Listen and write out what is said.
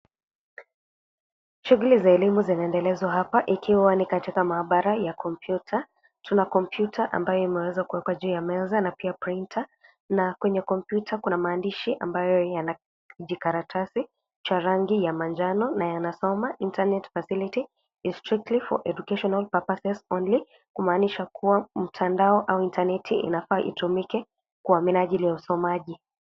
Shghuli za elimu zinaendelezwa hapa ikiwa ni katika maabara ya kompyuta tuna kompyuta ambayo imeweza kuekwa juu ya meza na pia printer na kwenye kompyuta kuna maandishi ambayo yana kijikaratasi cha rangi ya manjano na yanasoma internet facility is strictly for educational purpose only kumaanisha kuwa mtandao au intaneti inafaa itumike kwa minajili ya usomaji.